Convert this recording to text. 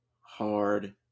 hard